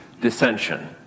dissension